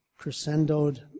crescendoed